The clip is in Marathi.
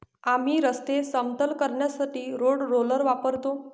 आम्ही रस्ते समतल करण्यासाठी रोड रोलर वापरतो